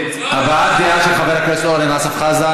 הבעת דעה של חבר הכנסת אורן אסף חזן.